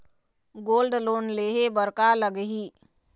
Gold loan लेहे बर का लगही?